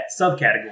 subcategory